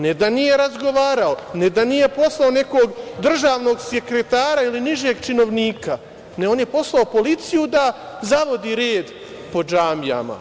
Ne da nije razgovarao, ne da nije poslao nekog državnog sekretara ili nižeg činovnika, ne, on je poslao policiju da zavodi red po džamijama.